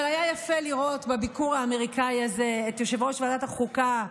אבל היה יפה לראות בביקור האמריקני הזה את יושב-ראש ועדת החוקה,